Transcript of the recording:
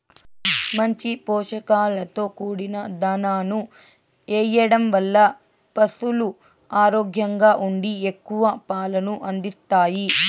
మంచి పోషకాలతో కూడిన దాణాను ఎయ్యడం వల్ల పసులు ఆరోగ్యంగా ఉండి ఎక్కువ పాలను అందిత్తాయి